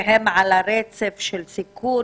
שהם על הרצף של סיכון